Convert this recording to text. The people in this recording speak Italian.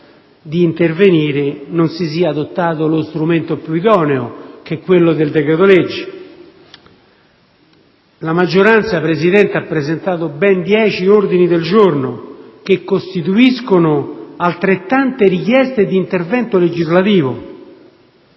di intervenire non si sia adottato lo strumento più idoneo, che è quello del decreto-legge. La maggioranza, Presidente, ha presentato ben dieci ordini del giorno che costituiscono altrettante richieste di intervento legislativo.